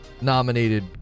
nominated